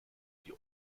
die